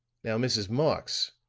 now, mrs. marx,